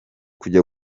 kujya